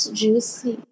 juicy